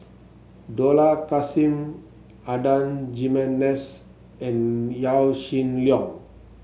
Dollah Kassim Adan Jimenez and Yaw Shin Leong